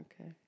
Okay